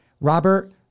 Robert